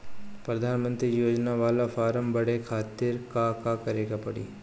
प्रधानमंत्री योजना बाला फर्म बड़े खाति का का करे के पड़ी?